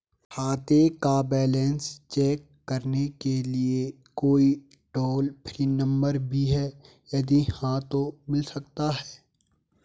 खाते का balance check करने के लिए कोई टॉल फ्री नम्बर भी है यदि हाँ तो मिल सकता है?